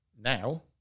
now